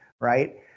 right